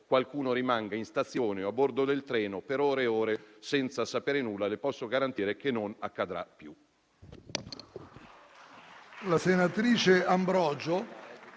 qualcuno rimanga in stazione o a bordo del treno per ore e ore senza sapere nulla. Le posso garantire che non accadrà più.